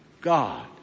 God